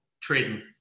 trading